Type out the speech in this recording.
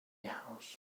house